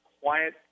quiet